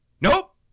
nope